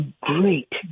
great